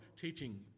teaching